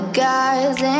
guys